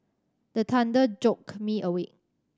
the thunder jolt me awake